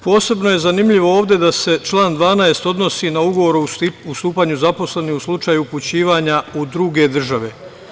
Posebno je zanimljivo ovde da se član 12. odnosni na ugovor o ustupanju zaposlenog u slučaju upućivanja u druge države.